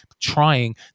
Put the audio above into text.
trying